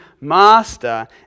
master